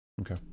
Okay